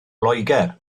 loegr